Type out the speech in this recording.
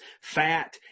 fat